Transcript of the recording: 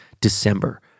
December